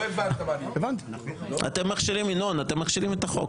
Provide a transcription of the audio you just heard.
ינון, אתם מכשילים את החוק.